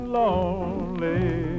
lonely